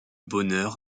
bonheur